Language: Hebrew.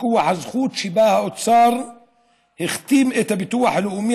מכוח הזכות: האוצר החתים את הביטוח הלאומי